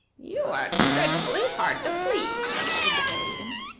you are dreadfully hard to please, said the very imp.